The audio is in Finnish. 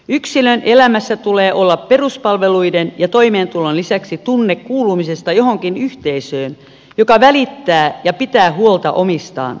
yksilön elämässä tulee olla peruspalveluiden ja toimeentulon lisäksi tunne kuulumisesta johonkin yhteisöön joka välittää ja pitää huolta omistaan